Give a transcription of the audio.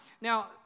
now